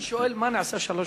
אני שואל מה נעשה שלוש שנים.